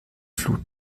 flut